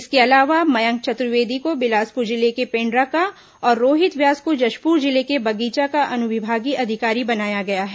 इसके अलावा मयंक चतुर्वेदी को बिलासपुर जिले के पेंड्रा का और रोहित व्यास को जशपुर जिले के बगीचा का अनुविभागीय अधिकारी बनाया गया है